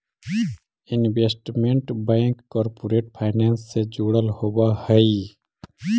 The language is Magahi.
इन्वेस्टमेंट बैंक कॉरपोरेट फाइनेंस से जुड़ल होवऽ हइ